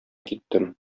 киттем